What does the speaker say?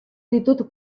ditut